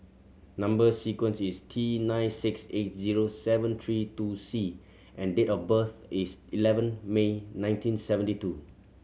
number sequence is T nine six eight zero seven three two C and date of birth is eleven May nineteen seventy two